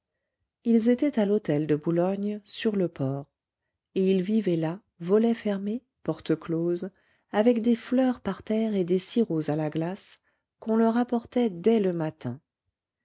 ils étaient à l'hôtel de boulogne sur le port et ils vivaient là volets fermés portes closes avec des fleurs par terre et des sirops à la glace qu'on leur apportait dès le matin